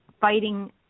fighting